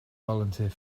volunteer